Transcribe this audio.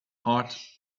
heart